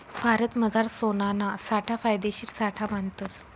भारतमझार सोनाना साठा फायदेशीर साठा मानतस